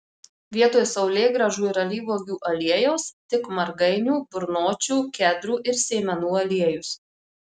vietoj saulėgrąžų ir alyvuogių aliejaus tik margainių burnočių kedrų ir sėmenų aliejus